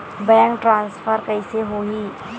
Bank transfer कइसे होही?